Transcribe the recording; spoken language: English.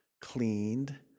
cleaned